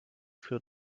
für